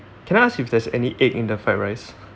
can I ask you if there's any egg in the fried rice